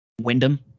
Wyndham